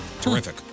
Terrific